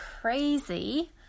crazy